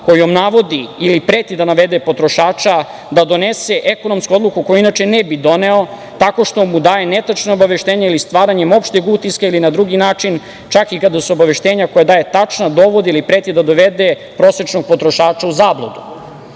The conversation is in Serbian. kojom navodi ili preti da navede potrošača da donese ekonomsku odluku koju inače ne bi doneo tako što mu daje netačna obaveštenja ili stvaranjem opšteg utiska ili na drugi način, čak i kada su obaveštenja koja daje tačna, dovodi ili preti da dovede prosečnog potrošača u zabludu. Nadamo